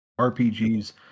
RPGs